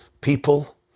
people